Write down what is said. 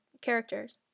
characters